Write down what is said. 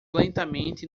lentamente